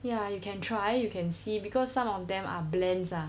ya you can try you can see because some of them are blends ah